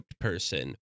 person